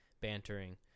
bantering